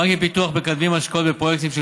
הבנקים לפיתוח מקדמים השקעות בפרויקטים של